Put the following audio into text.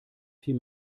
viel